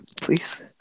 please